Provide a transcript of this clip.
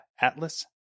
Atlas